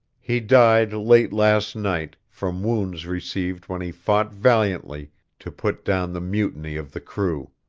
he died late last night, from wounds received when he fought valiantly to put down the mutiny of the crew.